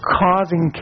causing